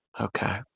Okay